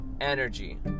energy